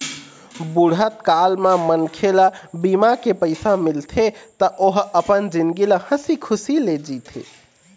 बुढ़त काल म मनखे ल बीमा के पइसा मिलथे त ओ ह अपन जिनगी ल हंसी खुसी ले जीथे